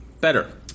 Better